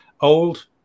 Old